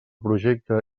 projecte